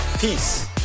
Peace